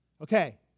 Okay